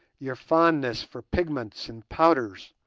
your fondness for pigments and powders,